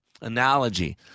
analogy